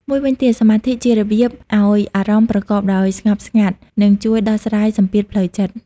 មួយវិញទៀតសមាធិជារបៀបឲ្យអារម្មណ៍ប្រកបដោយស្ងប់ស្ងាត់នឹងជួយដោះស្រាយសម្ពាធផ្លូវចិត្ត។